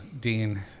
Dean